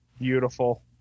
beautiful